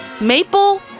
maple